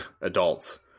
adults